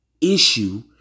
issue